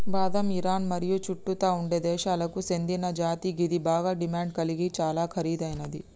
బాదం ఇరాన్ మరియు చుట్టుతా ఉండే దేశాలకు సేందిన జాతి గిది బాగ డిమాండ్ గలిగి చాలా ఖరీదైనది